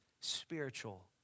spiritual